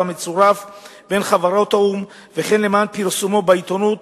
המצורף בין חברות האו"ם וכן למען פרסומו בעיתונות,